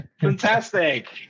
Fantastic